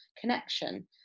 connection